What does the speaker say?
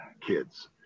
kids